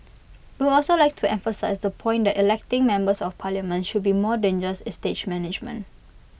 we would also like to emphasise the point that electing members of parliament should be more than just estate management